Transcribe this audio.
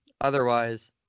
otherwise